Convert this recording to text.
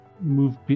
move